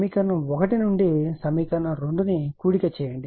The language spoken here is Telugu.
సమీకరణం 1 మరియు సమీకరణం 2 ను కూడిక చేయండి